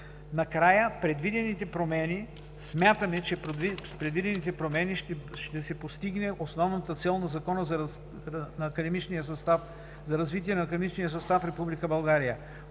че с предвидените промени ще се постигне основната цел на Закона за развитие на академичния състав в Република